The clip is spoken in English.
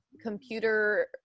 computer